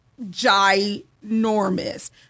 ginormous